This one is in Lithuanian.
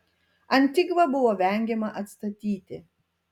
antigvą buvo vengiama atstatyti